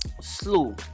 slow